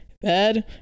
bad